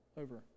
over